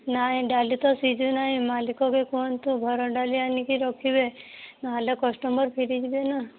ନାହିଁ ଡାଲି ତ ସିଝୁନାହିଁ ମାଲିକକୁ କୁହନ୍ତୁ ଭଲ ଡାଲି ଆଣି କି ରଖିବେ ନହେଲେ କଷ୍ଟମର ଫେରିଯିବେ ନା